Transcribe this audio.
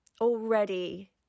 already